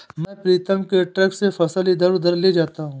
मैं प्रीतम के ट्रक से फसल इधर उधर ले जाता हूं